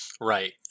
Right